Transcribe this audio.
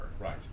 right